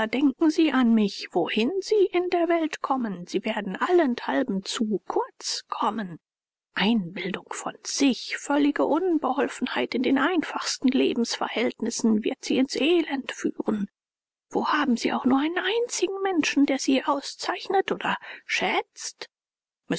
denken sie an mich wohin sie in der welt kommen sie werden allenthalben zu kurz kommen einbildung von sich völlige unbeholfenheit in den einfachsten lebensverhältnissen wird sie ins elend führen wo haben sie auch nur einen einzigen menschen der sie auszeichnet oder schätzt